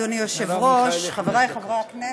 אדוני היושב-ראש, חברי חברי הכנסת,